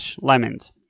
Lemons